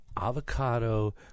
avocado